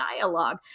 dialogue